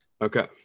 Okay